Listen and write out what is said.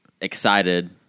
excited